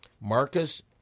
Marcus